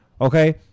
okay